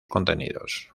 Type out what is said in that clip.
contenidos